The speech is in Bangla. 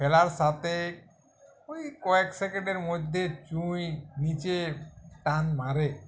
ফেলার সাথে ওই কয়েক সেকেন্ডের মধ্যে চুই নীচে টান মারে